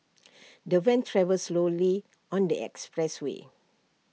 the van traveled slowly on the expressway